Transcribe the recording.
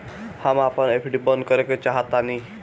हम अपन एफ.डी बंद करेके चाहातानी